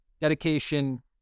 dedication